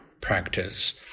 practice